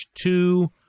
two